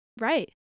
right